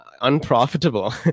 unprofitable